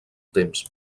temps